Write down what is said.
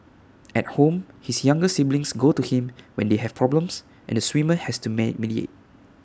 at home his younger siblings go to him when they have problems and the swimmer has to man mediate